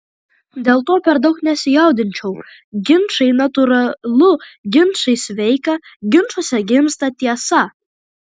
dėl to per daug nesijaudinčiau ginčai natūralu ginčai sveika ginčuose gimsta tiesa